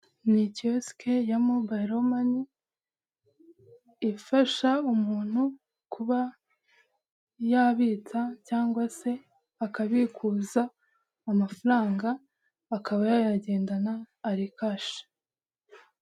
Ni kiyosike ya mobayilo mani, ifasha umuntu kuba yabitsa cyangwa se akabikuza amafaranga, akaba yayagendana ari kashe.